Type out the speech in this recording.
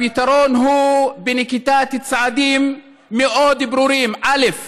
הפתרון הוא בנקיטת צעדים מאוד ברורים: א.